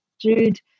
Jude